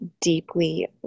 deeply